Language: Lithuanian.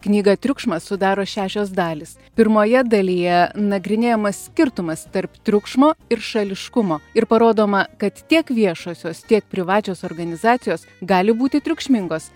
knygą triukšmas sudaro šešios dalys pirmoje dalyje nagrinėjamas skirtumas tarp triukšmo ir šališkumo ir parodoma kad tiek viešosios tiek privačios organizacijos gali būti triukšmingos